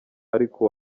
ariko